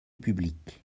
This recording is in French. publique